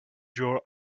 your